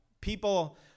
people